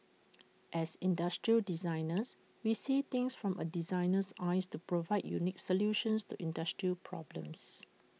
as industrial designers we see things from A designer's eyes to provide unique solutions to industrial problems